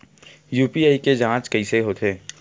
UPI के के जांच कइसे होथे?